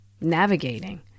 navigating